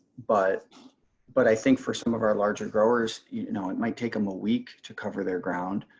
but but i think for some of our larger growers you know it might take them a week to cover their ground.